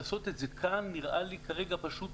לעשות את זה כאן נראה לי כרגע פשוט